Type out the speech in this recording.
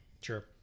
Sure